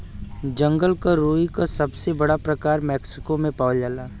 जंगल क रुई क सबसे बड़ा प्रकार मैक्सिको में पावल जाला